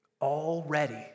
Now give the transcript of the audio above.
Already